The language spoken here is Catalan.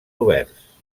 oberts